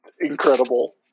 incredible